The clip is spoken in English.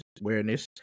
awareness